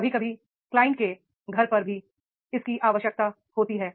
कभी कभी client client के घर पर भी इसकी आवश्यकता होती है